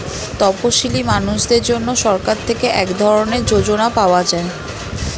তপসীলি মানুষদের জন্য সরকার থেকে এক ধরনের যোজনা পাওয়া যায়